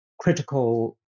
critical